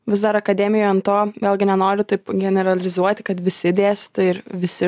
vis dar akademijoj ant to vėlgi nenoriu taip generalizuoti kad visi dėstytojai ir visi